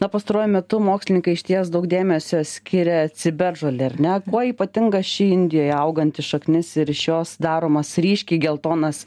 na pastaruoju metu mokslininkai išties daug dėmesio skiria ciberžolei ar ne kuo ypatinga ši indijoje auganti šaknis ir iš jos daromas ryškiai geltonas